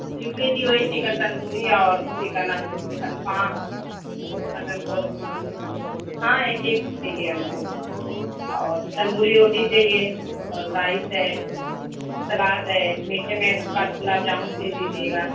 لِکھ لیجئے وہی چکن تندوری اور چکن الفام مٹن قورما ہاں ایک ایک چاہیے ہم کو اور تندوری روٹی چاہیے اور رائس ہے سلاد ہے میٹھے میں گلاب جامن بھیج دیجئے گا